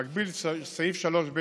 מגביל סעיף 3ב